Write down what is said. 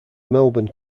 melbourne